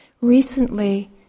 recently